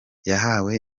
yahawe